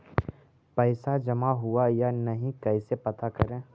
पैसा जमा हुआ या नही कैसे पता करे?